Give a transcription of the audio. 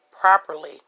properly